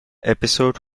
episode